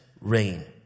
rain